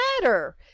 matter